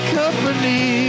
company